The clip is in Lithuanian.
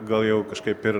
gal jau kažkaip ir